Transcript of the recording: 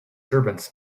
servants